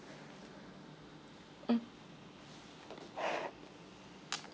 mm